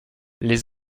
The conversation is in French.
les